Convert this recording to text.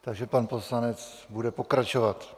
Takže pan poslanec bude pokračovat.